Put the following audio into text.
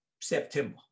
September